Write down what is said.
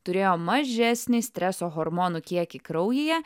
turėjo mažesnį streso hormonų kiekį kraujyje